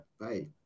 bye